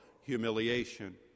humiliation